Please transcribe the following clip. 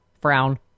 frown